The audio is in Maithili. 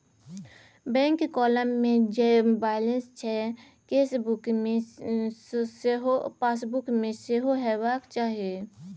बैंक काँलम मे जे बैलंंस छै केसबुक मे सैह पासबुक मे सेहो हेबाक चाही